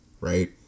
right